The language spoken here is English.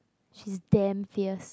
she's damn fierce